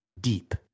deep